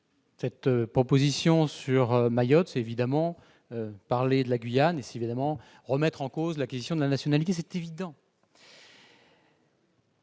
cette proposition sur Mayotte, c'est évidemment parler de la Guyane et remettre en cause l'acquisition de la nationalité. Évidemment